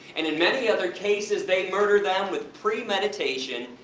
and in many other cases they murder them with premeditation,